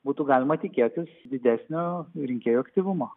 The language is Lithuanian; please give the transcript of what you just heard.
būtų galima tikėtis didesnio rinkėjų aktyvumo